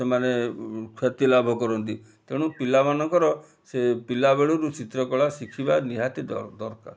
ସେମାନେ ଖ୍ୟାତି ଲାଭ କରନ୍ତି ତେଣୁ ପିଲାମାନଙ୍କର ସେ ପିଲାବେଳରୁ ଚିତ୍ରକଳା ଶିଖିବା ନିହାତି ଦରକାର